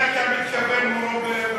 למי אתה מתכוון, "מורו ורבו"?